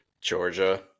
Georgia